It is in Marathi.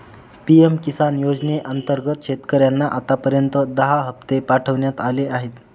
पी.एम किसान योजनेअंतर्गत शेतकऱ्यांना आतापर्यंत दहा हप्ते पाठवण्यात आले आहेत